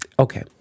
Okay